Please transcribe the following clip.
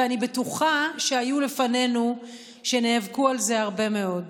ואני בטוחה שהיו לפנינו שנאבקו על זה הרבה מאוד.